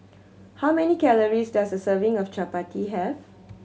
how many calories does a serving of chappati have